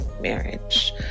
marriage